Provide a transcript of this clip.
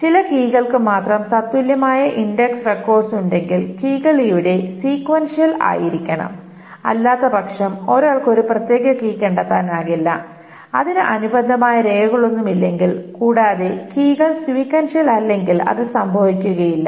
ചില കീകൾക്ക് മാത്രം തത്തുല്യമായ ഇൻഡക്സ് റെക്കോർഡ്സ് ഉണ്ടെങ്കിൽ കീകൾ ഇവിടെ സീകവൻഷ്യൽ ആയിരിക്കണം അല്ലാത്തപക്ഷം ഒരാൾക്കു ഒരു പ്രത്യേക കീ കണ്ടെത്താനാകില്ല അതിന് അനുബന്ധമായ രേഖകളൊന്നുമില്ലെങ്കിൽ കൂടാതെ കീകൾ സീകവൻഷ്യൽ അല്ലെങ്കിൽ അത് സംഭവിക്കുകയില്ല